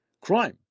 crime